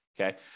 Okay